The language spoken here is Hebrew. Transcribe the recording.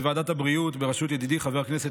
בוועדת הבריאות בראשות ידידי חבר הכנסת